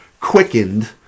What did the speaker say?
quickened